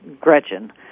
Gretchen